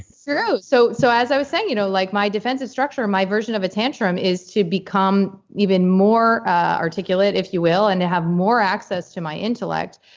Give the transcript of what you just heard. so true. so so as i was saying you know like my defensive structure, my version of a tantrum is to become even more articulate, if you will, and to have more access to my intellect